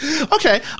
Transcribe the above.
Okay